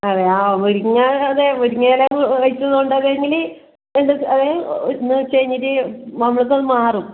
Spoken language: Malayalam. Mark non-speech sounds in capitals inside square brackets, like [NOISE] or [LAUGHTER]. അതെയോ ആ മുരിങ്ങ അതെ മുരിങ്ങ ഇല കഴിച്ചതുകൊണ്ട് അതെ എങ്കില് രണ്ട് ദിവസം അതെ ഇന്ന് ഉച്ച കഴിഞ്ഞിട്ട് [UNINTELLIGIBLE] അത് മാറും